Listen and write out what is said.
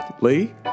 Lee